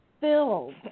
filled